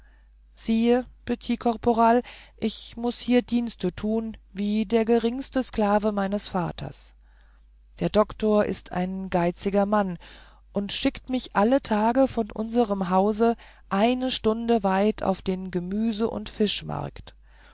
siehe petit caporal ich muß hier dienste tun wie der geringste sklave meines vaters der doktor ist ein geiziger mann und schickt mich alle tage von unserem hause eine stunde weit auf den gemüse und fischmarkt